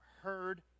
heard